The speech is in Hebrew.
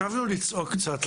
חשבתי לצעוק קצת.